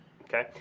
Okay